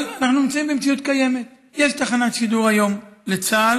אבל אנחנו נמצאים במציאות קיימת: יש תחנת שידור היום לצה"ל.